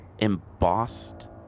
embossed